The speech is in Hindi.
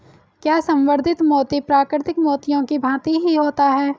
क्या संवर्धित मोती प्राकृतिक मोतियों की भांति ही होता है?